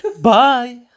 Bye